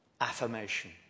affirmation